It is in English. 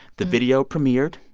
the video premiered.